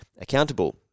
accountable